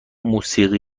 موسیقی